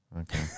okay